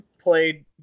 played